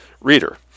reader